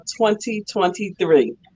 2023